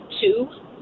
two